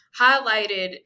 highlighted